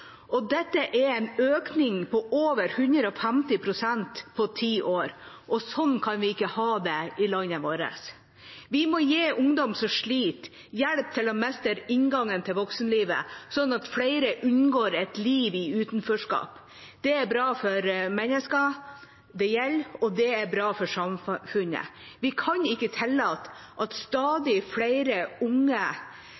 på ti år, og sånn kan vi ikke ha det i landet vårt. Vi må gi ungdom som sliter, hjelp til å mestre inngangen til voksenlivet slik at flere unngår et liv i utenforskap. Det er bra for menneskene det gjelder, og det er bra for samfunnet. Vi kan ikke tillate at